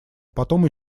потом